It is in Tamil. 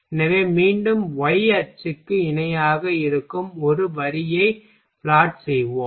எனவே மீண்டும் y அச்சுக்கு இணையாக இருக்கும் ஒரு வரியை பிளாட் செய்வோம்